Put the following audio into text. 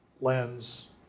lens